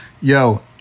Yo